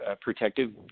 protective